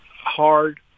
hard